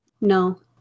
No